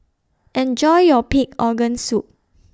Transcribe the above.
Enjoy your Pig Organ Soup